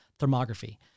thermography